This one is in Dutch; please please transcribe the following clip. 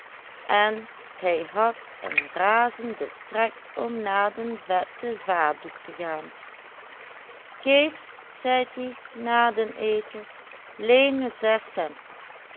en hij had een razenden trek om na de vette vadoek te gaan kees zeid ie na den eten leen